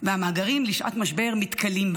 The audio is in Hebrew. והמאגרים לשעת משבר מתכלים.